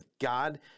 God